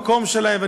מקום משלהם.